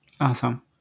Awesome